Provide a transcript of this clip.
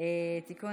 והאפוטרופסות (תיקון,